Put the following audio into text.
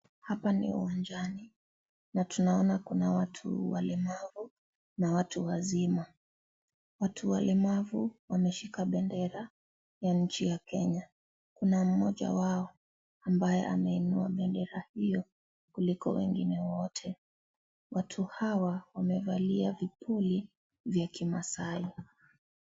Hapa ni uwanjani, na tunaona Kuna watu walemavu na watu wazima, watu walemavu wameshika bendera ya nchi ya Kenya. Kuna mmoja wao ambaye ameinua bendera hiyo kuliko wengine wote. Watu Hawa wamevalia vipuli vya kimasai.